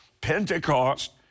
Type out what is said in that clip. Pentecost